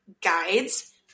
guides